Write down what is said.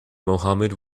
mohammad